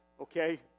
okay